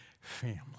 family